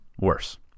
worse